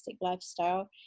lifestyle